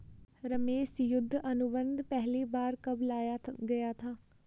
रमेश युद्ध अनुबंध पहली बार कब लाया गया था?